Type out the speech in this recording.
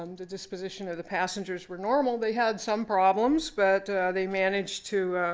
um the disposition of the passengers were normal. they had some problems, but they managed to